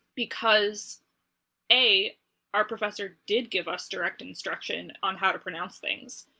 because a our professor did give us direct instruction on how to pronounce things,